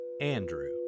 Andrew